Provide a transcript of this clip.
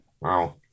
Wow